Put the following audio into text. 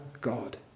God